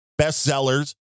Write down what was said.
bestsellers